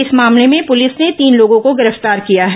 इस मामले में पुलिस ने तीन लोगों को गिरफ्तार किया है